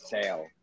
sale